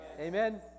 Amen